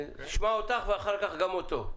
נשמע אותך ואחר כך גם אותו.